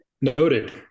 Noted